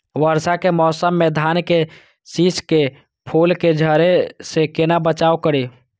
वर्षा के मौसम में धान के शिश के फुल के झड़े से केना बचाव करी?